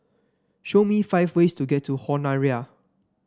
show me five ways to get to Honiara